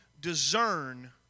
discern